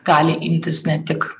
gali imtis ne tik